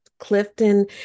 Clifton